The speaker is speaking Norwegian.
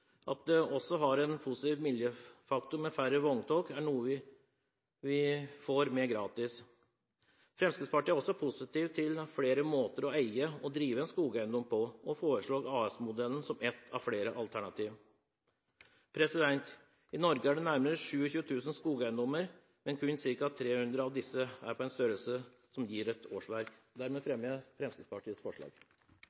færre vogntog også har en positiv miljøeffekt, er noe vi får med gratis. Fremskrittspartiet er også positiv til flere måter å eie og drive en skogeiendom på, og foreslår AS-modellen som ett av flere alternativer. I Norge er det nærmere 27 000 skogeiendommer, men kun ca. 300 av disse er på en størrelse som gir et årsverk.